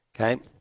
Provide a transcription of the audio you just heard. Okay